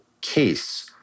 case